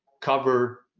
cover